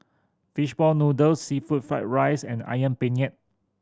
fish ball noodles seafood fried rice and Ayam Penyet